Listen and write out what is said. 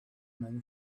man